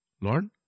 Lord